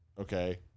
Okay